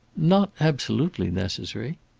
not absolutely necessary.